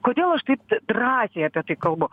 kodėl aš taip drąsiai apie tai kalbu